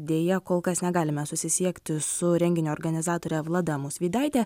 deja kol kas negalime susisiekti su renginio organizatore vlada musvydaite